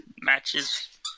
matches